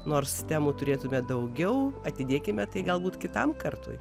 nors temų turėtume daugiau atidėkime tai galbūt kitam kartui